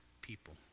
people